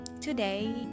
Today